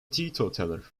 teetotaler